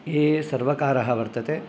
ये सर्वकाराः वर्तते